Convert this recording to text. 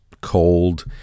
cold